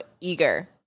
eager